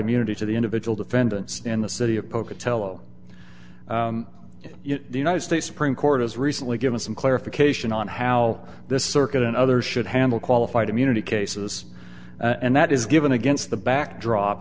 immunity to the individual defendants in the city of pocatello the united states supreme court has recently given some clarification on how this circuit and other should handle qualified immunity cases and that is given against the backdrop